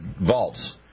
vaults